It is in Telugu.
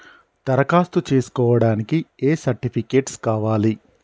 దరఖాస్తు చేస్కోవడానికి ఏ సర్టిఫికేట్స్ కావాలి?